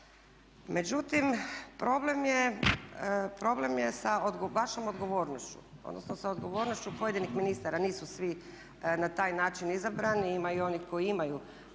Međutim, problem je sa vašom odgovornošću, odnosno sa odgovornošću pojedinih ministara. Nisu svi na taj način izabrani i ima i onih koji imaju